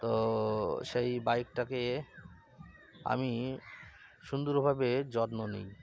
তো সেই বাইকটাকে আমি সুন্দরভাবে যত্ন নিই